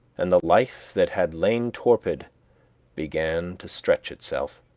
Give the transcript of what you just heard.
and the life that had lain torpid began to stretch itself.